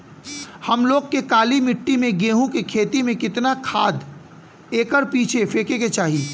हम लोग के काली मिट्टी में गेहूँ के खेती में कितना खाद एकड़ पीछे फेके के चाही?